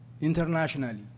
internationally